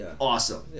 awesome